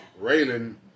Raylan